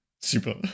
super